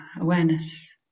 awareness